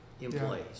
employees